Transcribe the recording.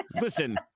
Listen